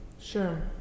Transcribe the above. sure